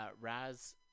Raz